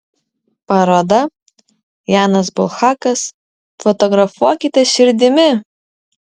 paroda janas bulhakas fotografuokite širdimi